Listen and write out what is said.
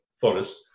Forest